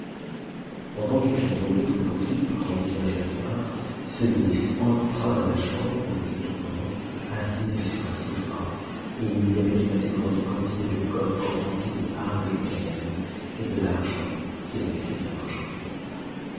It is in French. pendant qu'il se dérobait aux poursuites du grand vizir giafar ce ministre entra dans la chambre où était tourmente assise sur un sofa et où il y avait une assez grande quantité de coffres remplis des hardes de ganem et de l'argent qu'il avait fait de ses marchandises